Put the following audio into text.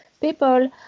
people